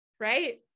Right